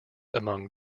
among